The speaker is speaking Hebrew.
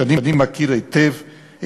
שאני מכיר היטב,